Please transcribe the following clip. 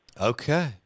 Okay